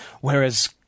Whereas